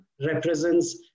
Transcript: represents